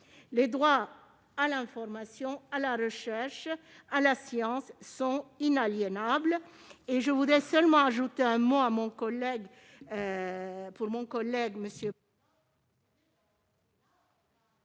Le droit à l'information, à la recherche, à la science est inaliénable.